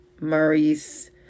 Maurice